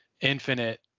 infinite